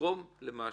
לגרום למשהו.